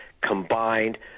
combined